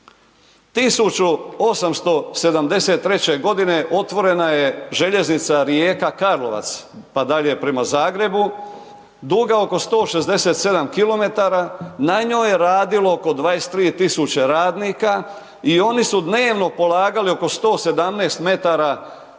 1873. g. otvorena je Željeznica Rijeka-Karlovac, pa dalje prema Zagrebu, duga oko 167 km. Na njoj je radilo oko 23 tisuće radnika i oni su dnevno polagali oko 117 m pruge,